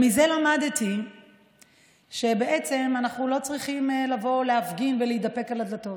מזה למדתי שבעצם אנחנו לא צריכים להפגין ולהידפק על הדלתות,